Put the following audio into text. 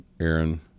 Aaron